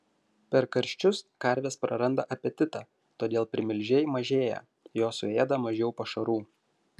per karščius karvės praranda apetitą todėl primilžiai mažėja jos suėda mažiau pašarų